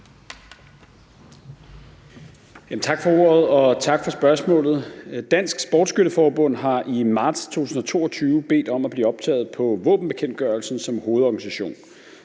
Tak for ordet, og tak for spørgsmålet. Dansk Sportsskytte Forbund har i marts 2022 bedt om at blive optaget på våbenbekendtgørelsen som hovedorganisation,